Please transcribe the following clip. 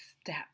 step